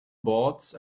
boards